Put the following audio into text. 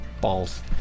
Balls